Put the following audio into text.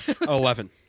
Eleven